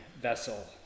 vessel